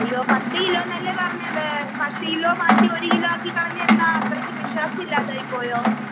അയ്യോ പത്ത് കിലോ എന്നല്ലേ പറഞ്ഞത് പത്ത് കിലോ മാറ്റി ഒരു കിലോ ആക്കിക്കളഞ്ഞത് എന്താണ് അത്രയ്ക്ക് വിശ്വാസം ഇല്ലാതായി പോയോ